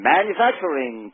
Manufacturing